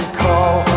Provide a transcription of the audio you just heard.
call